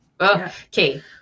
okay